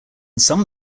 some